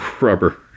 rubber